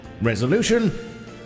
Resolution